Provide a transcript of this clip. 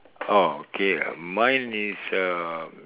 oh okay mine is uh